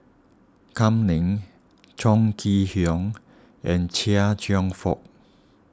Kam Ning Chong Kee Hiong and Chia Cheong Fook